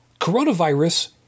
coronavirus